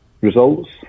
results